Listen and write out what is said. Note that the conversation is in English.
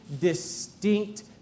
distinct